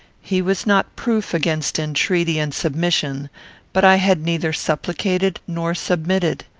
he was not proof against entreaty and submission but i had neither supplicated nor submitted.